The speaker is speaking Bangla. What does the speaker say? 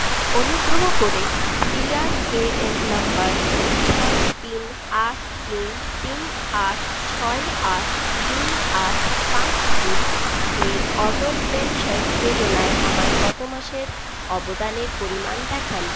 অনুগ্রহ করে পি আর এ এন নম্বর ছয় তিন আট তিন তিন আট ছয় আট দুই আট পাঁচ দুই এর অটল পেনশন যোজনায় আমার গত মাসের অবদানের পরিমাণ দেখান